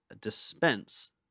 dispense